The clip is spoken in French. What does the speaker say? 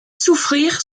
souffrir